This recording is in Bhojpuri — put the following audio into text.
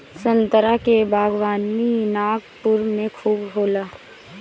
संतरा के बागवानी नागपुर में खूब होला